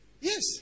Yes